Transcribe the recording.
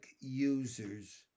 users